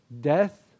death